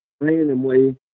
Randomly